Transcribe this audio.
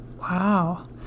Wow